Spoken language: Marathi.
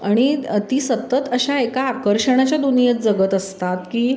अणि ती सतत अशा एका आकर्षणाच्या दुनियेत जगत असतात की